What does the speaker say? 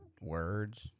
words